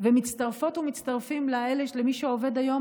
ומצטרפות ומצטרפים למי שעובד היום,